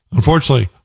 Unfortunately